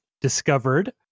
discovered